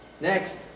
Next